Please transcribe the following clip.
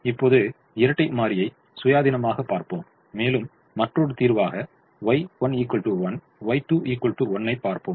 இப்போது இரட்டை மாறியை சுயாதீனமாகப் பார்ப்போம் மேலும் மற்றொரு தீர்வாக Y1 1 Y2 1 ஐ பார்ப்போம்